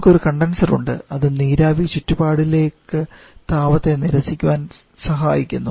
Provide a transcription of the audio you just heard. നമുക്ക് ഒരു കണ്ടൻസർ ഉണ്ട് അവിടെ നീരാവി ചുറ്റുപാടിലേക്ക് താപത്തെ നിരസിക്കാൻ സഹായിക്കുന്നു